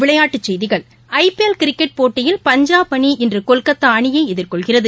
விளையாட்டுச் செய்திகள் IPL cricket போட்டியில் பஞ்சாப் அணி இன்று கொல்கத்தா அணியை எதிர்கொள்கிறது